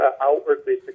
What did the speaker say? outwardly